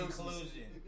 conclusion